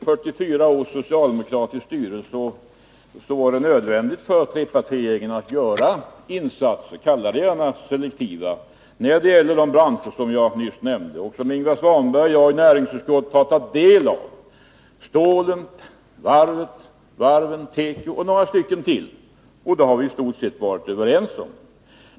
Fru talman! Efter 44 års socialdemokratiskt styre var det nödvändigt för trepartiregeringen att göra insatser — Ingvar Svanberg får gärna kalla dem selektiva — när det gäller de branscher jag nyss nämnde. Det rör sig om branscher vilkas problem Ingvar Svanberg och jag i näringsutskottet har tagit del av: stålet, varven, teko och några till. Då har vi i stort sett varit överens.